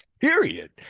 period